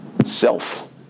Self